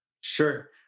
Sure